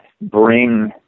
bring